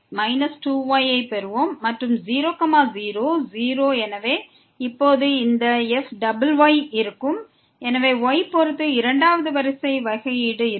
மற்றும் 0 0 0 எனவே இப்போது இந்த fyy இருக்கும் எனவே y பொறுத்து இரண்டாவது வரிசை வகையீடு இருக்கும்